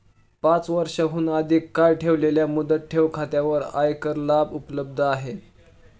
पाच वर्षांहून अधिक काळ ठेवलेल्या मुदत ठेव खात्यांवर आयकर लाभ उपलब्ध आहेत